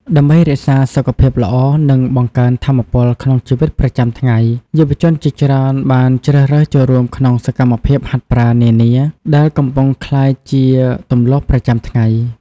ដើម្បីរក្សាសុខភាពល្អ និងបង្កើនថាមពលក្នុងជីវិតប្រចាំថ្ងៃ យុវជនជាច្រើនបានជ្រើសរើសចូលរួមក្នុងសកម្មភាពហាត់ប្រាណនានា ដែលកំពុងក្លាយជាទម្លាប់ប្រចាំថ្ងៃ។